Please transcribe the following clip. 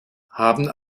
haben